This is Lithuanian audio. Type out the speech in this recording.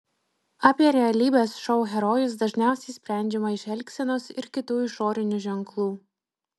apie realybės šou herojus dažniausiai sprendžiama iš elgsenos ir kitų išorinių ženklų